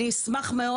אני אשמח מאוד.